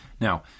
Now